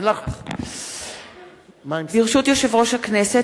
ברשות יושב-ראש הכנסת,